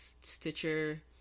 stitcher